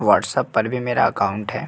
WhatsApp पर भी मेरा अकाउंट है